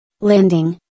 Landing